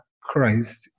Christ